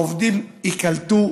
העובדים ייקלטו.